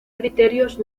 criterios